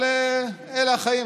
אבל אלה החיים,